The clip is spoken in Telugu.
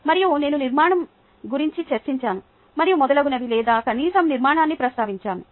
మరియు నేను నిర్మాణం గురించి చర్చించాను మరియు మొదలగునవి లేదా కనీసం నిర్మాణాన్ని ప్రస్తావించాను